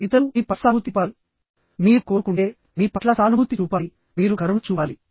ఇతరులు మీ పట్ల సానుభూతి చూపాలని మీరు కోరుకుంటే మీ పట్ల సానుభూతి చూపాలి మీరు కరుణ చూపాలి